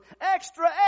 extra